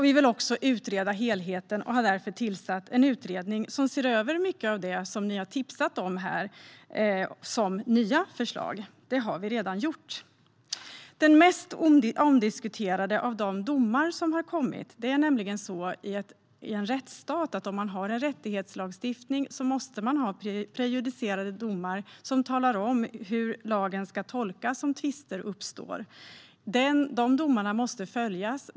Vi vill också utreda helheten och har därför redan tillsatt en utredning som ska se över mycket av det som ni har tipsat om här som nya förslag. Om man i en rättsstat har en rättighetslagstiftning måste man ha prejudicerande domar som anger hur lagen ska tolkas om tvister uppstår. Dessa domar måste följas.